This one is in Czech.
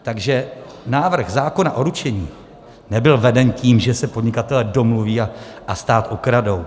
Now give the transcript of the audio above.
Takže návrh zákona o ručení nebyl veden tím, že se podnikatelé domluví a stát okradou.